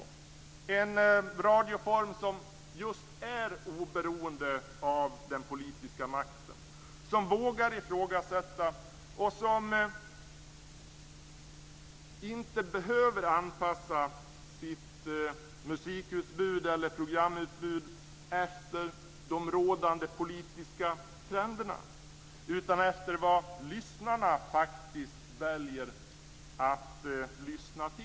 Vi vill ha en radioform som är oberoende just av den politiska makten, som vågar ifrågasätta och som inte behöver anpassa sitt musik eller programutbud efter de rådande politiska trenderna, utan efter vad lyssnarna faktiskt väljer att lyssna till.